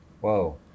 Whoa